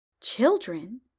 Children